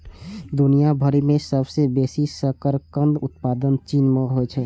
दुनिया भरि मे सबसं बेसी शकरकंदक उत्पादन चीन मे होइ छै